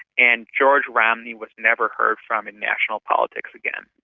and george romney was never heard from in national politics again.